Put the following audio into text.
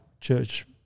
church